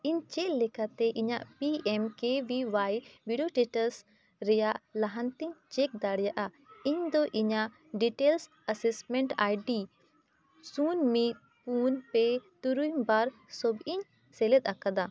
ᱤᱧ ᱪᱮᱫ ᱞᱮᱠᱟᱛᱮ ᱤᱧᱟᱹᱜ ᱵᱤᱰᱟᱹᱣ ᱨᱮᱭᱟᱜ ᱞᱟᱦᱟᱱᱛᱤᱧ ᱫᱟᱲᱮᱭᱟᱜᱼᱟ ᱤᱧᱫᱚ ᱤᱧᱟᱹᱜ ᱥᱩᱱ ᱢᱤᱫ ᱯᱩᱱ ᱯᱮ ᱛᱩᱨᱩᱭ ᱵᱟᱨ ᱥᱚᱵᱤᱧ ᱥᱮᱞᱮᱫ ᱟᱠᱟᱫᱟ